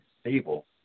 stable